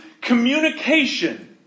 communication